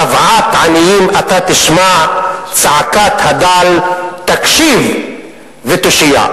שוועת עניים אתה תשמע צעקת הדל תקשיב ותושיע.